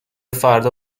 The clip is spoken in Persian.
فردا